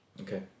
okay